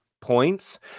points